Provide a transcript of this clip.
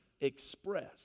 express